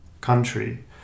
country